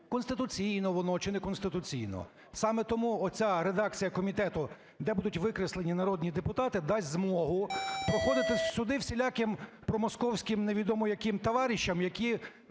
конституційно воно чи неконституційно. Саме тому оця редакція комітету, де будуть викреслені народні депутати, дасть змогу проходити сюди всіляким промосковським, невідомо яким товарищам, яких